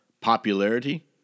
popularity